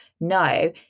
No